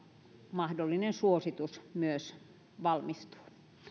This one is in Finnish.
mahdollinen suositus myös valmistuu